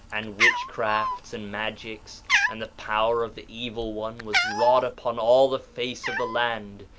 and witchcrafts, and magics and the power of the evil one was wrought upon all the face of the land,